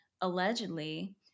Allegedly